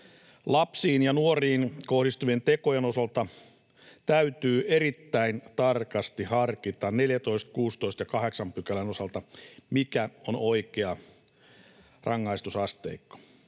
Lapsiin ja nuoriin kohdistuvien tekojen osalta täytyy erittäin tarkasti harkita 14, 16 ja 8 pykälien osalta, mikä on oikea rangaistusasteikko.